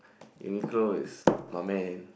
Uniqlo is my man